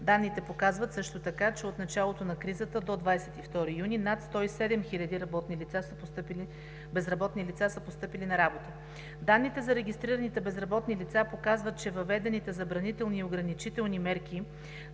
Данните показват също така, че от началото на кризата до 22 юни над 107 хиляди безработни лица са постъпили на работа. Данните за регистрираните безработни лица показват, че въведените забранителни и ограничителни мерки